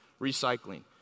recycling